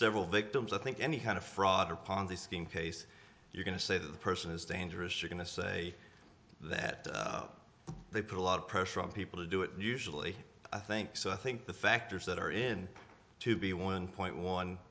several victims i think any kind of fraud upon the scheme case you're going to say that the person is dangerous are going to say that they put a lot of pressure on people to do it usually i think so i think the factors that are in to be one point one